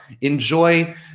enjoy